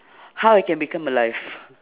how I can become alive